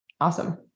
Awesome